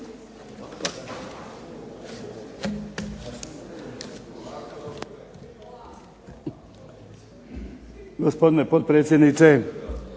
Gospodine potpredsjedniče,